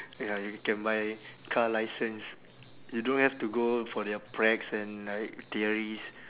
ya you can buy car licence you don't have to go for their pracs and like theories